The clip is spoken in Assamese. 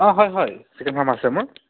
অঁ হয় হয় চিকেন ফাৰ্ম আছে মোৰ